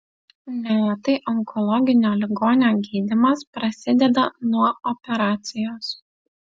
neretai onkologinio ligonio gydymas prasideda nuo operacijos